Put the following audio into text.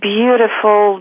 beautiful